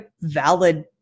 valid